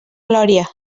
glòria